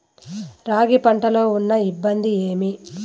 రాగి పంటలో ఉన్న ఇబ్బంది ఏమి?